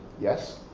Yes